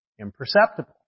imperceptible